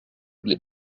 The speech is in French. les